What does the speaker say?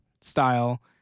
style